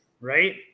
Right